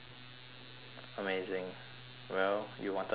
amazing well you wanted a part time job